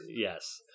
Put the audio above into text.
Yes